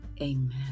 Amen